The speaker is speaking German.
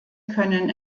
können